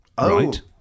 right